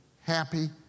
happy